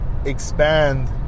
expand